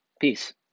peace